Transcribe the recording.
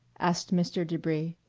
asked mr. debris,